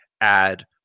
add